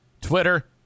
Twitter